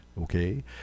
okay